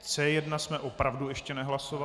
C1 jsme opravdu ještě nehlasovali.